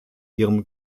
ihrem